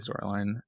storyline